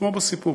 כמו בסיפורים.